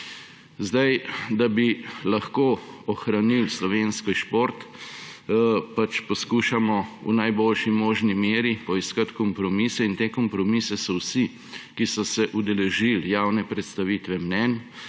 unije. Da bi lahko ohranil slovenski šport, poskušamo v najboljši možni meri poiskati kompromise. Te kompromise so vsi, ki so se udeležil javne predstavitve mnenj,